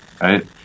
right